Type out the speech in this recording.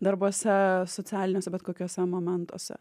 darbuose socialiniuose bet kokiuose momentuose